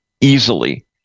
easily